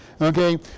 okay